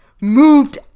moved